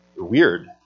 weird